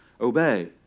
obey